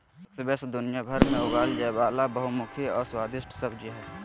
squash दुनियाभर में उगाल जाय वला बहुमुखी और स्वादिस्ट सब्जी हइ